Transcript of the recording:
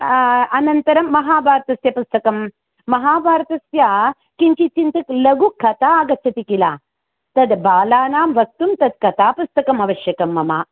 अनन्तरं महाभारतस्य पुस्तकं महाभारतस्य किञ्चित् किञ्चित् लघु कथा आगच्छति किल तद् बालानां वक्तुं तत्कथापुस्तकमावश्यकं मम